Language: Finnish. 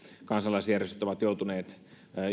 kansalaisjärjestöt ovat joutuneet